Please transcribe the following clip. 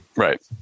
Right